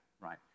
right